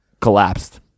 collapsed